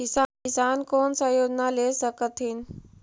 किसान कोन सा योजना ले स कथीन?